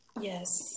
Yes